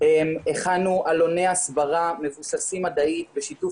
הכנו עלוני הסברה מבוססים מדעית בשיתוף